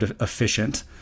efficient